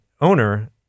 owner